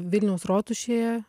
vilniaus rotušėje